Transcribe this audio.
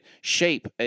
shape